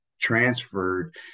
transferred